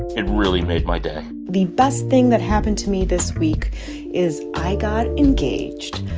it really made my day the best thing that happened to me this week is i got engaged.